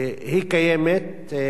הרבה נותנים לה לגיטימציה,